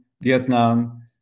Vietnam